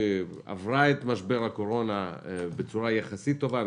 עברה את משבר הקורונה בצורה יחסית טובה,